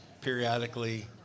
periodically